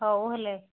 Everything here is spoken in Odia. ହଉ ହେଲେ